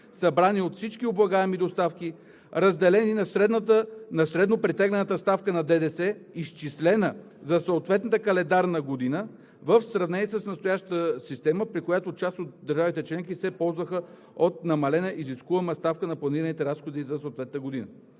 събрани от всички облагаеми доставки, разделени на средно претеглената ставка на ДДС, изчислена за съответната календарна година (в сравнение с настоящата система, при която част от държавите членки се ползваха от намалена изискуема ставка на планираните разходи за съответната година).